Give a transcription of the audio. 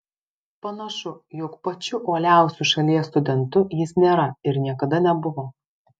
panašu jog pačiu uoliausiu šalies studentu jis nėra ir niekada nebuvo